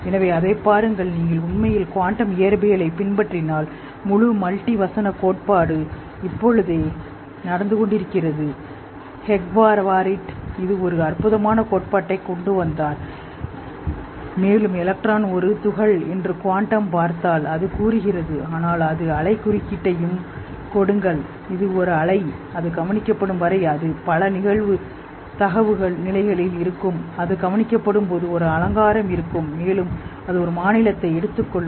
எனவே அதைப் பாருங்கள் நீங்கள் உண்மையில் குவாண்டம் இயற்பியலைப் பின்பற்றினால் முழு மல்டி வசனக் கோட்பாடு இப்போதே நடந்து கொண்டிருக்கிறது ஹெக்வாவரிட் இது ஒரு அற்புதமான கோட்பாட்டைக் கொண்டுவந்தார் மேலும் எலக்ட்ரான் ஒரு துகள் என்று குவாண்டம் பார்த்தால் அது கூறுகிறது ஆனால் அது அலை குறுக்கீட்டையும் கொடுங்கள் இது ஒரு அலை அது கவனிக்கப்படும் வரை அது பல நிகழ்தகவு நிலைகளில் இருக்கும் அது கவனிக்கப்படும்போது ஒரு அலங்காரம் இருக்கும் மேலும் அது ஒரு மாநிலத்தை எடுத்துக் கொள்ளும்